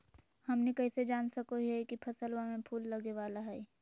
हमनी कइसे जान सको हीयइ की फसलबा में फूल लगे वाला हइ?